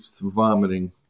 vomiting